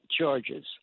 charges